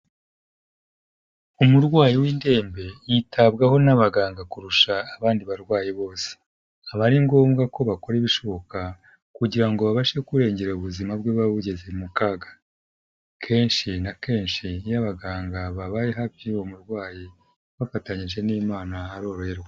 Umurwayi w'indembe yitabwaho n'abaganga kurusha abandi barwayi bose, aba ari ngombwa ko bakora ibishoboka kugira ngo babashe kurengera ubuzima bwe buba bugeze mu kaga, kenshi na kenshi iyo abaganga babaye hafi y'uwo murwayi bafatanyije n'Imana aroroherwa.